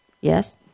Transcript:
Yes